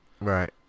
Right